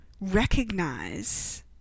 recognize